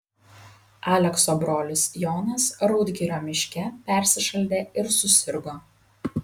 alekso brolis jonas raudgirio miške persišaldė ir susirgo